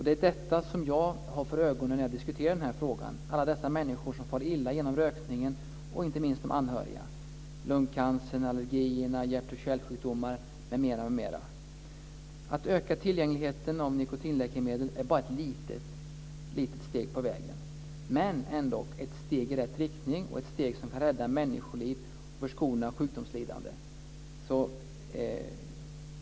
Det är detta jag har för ögonen när jag diskuterar den här frågan - alla dessa människor som far illa genom rökningen, inte minst anhöriga, lungcancern, allergierna, hjärt och kärlsjukdomarna m.m. Att öka tillgängligheten av nikotinläkemedel är bara ett litet steg på vägen, men ändå ett steg i rätt riktning och ett steg som kan rädda människoliv och förskona från sjukdomslidande.